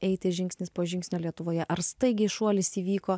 eiti žingsnis po žingsnio lietuvoje ar staigiai šuolis įvyko